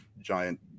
giant